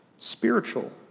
spiritual